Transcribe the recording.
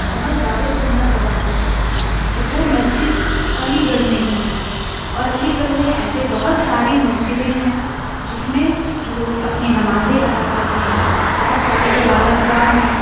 بہت زیادہ سونا لگا ہوا ہے تو وہ مسجد علی گڑھ میں ہی ہے اور علی گڑھ میں ایسی بہت ساری مسجدیں ہیں جس میں لوگ اپنی نمازیں ادا کرتے ہیں بہت ساری عبادت گاہ ہیں